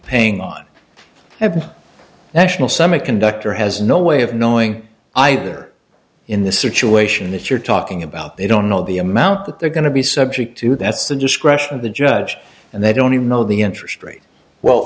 paying on a national semiconductor has no way of knowing either in the situation that you're talking about they don't know the amount that they're going to be subject to that's the discretion of the judge and they don't even know the interest rate well